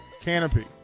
canopy